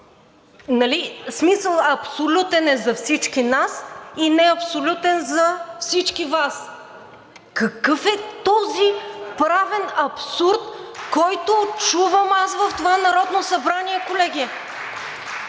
В смисъл – абсолютен е за всички нас и неабсолютен за всички Вас! Какъв е този правен абсурд, който чувам в това Народно събрание, колеги?!